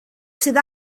sydd